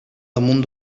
damunt